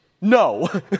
no